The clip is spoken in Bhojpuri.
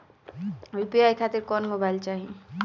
यू.पी.आई खातिर कौन मोबाइल चाहीं?